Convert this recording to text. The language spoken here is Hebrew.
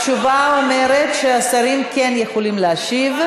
התשובה אומרת שהשרים כן יכולים להשיב.